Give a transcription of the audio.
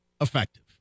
effective